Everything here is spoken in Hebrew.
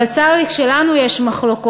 אבל צר לי שכשלנו יש מחלוקות,